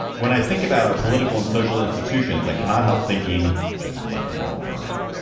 when i think about our political and social institutions i cannot help thinking just let them all burn